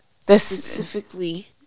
specifically